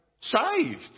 saved